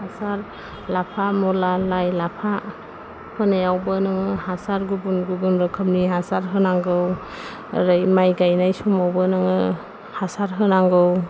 हासार लामा मुला लाइ लाफा फोनायावबो नोङो हासार गुबुन गुबुन रोखोमनि हासार होनांगौ ओरै माय गायनाय समावबो नोङो हासार होनांगौ